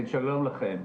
שלום לכם.